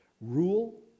rule